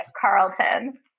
Carlton